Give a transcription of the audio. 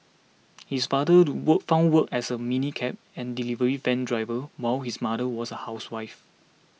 his father do wall found work as a minicab and delivery van driver while his mother was a housewife